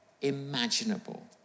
imaginable